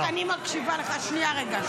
אני מקשיבה לך, שנייה רגע.